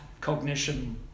cognition